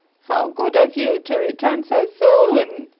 how good of you to return so soon!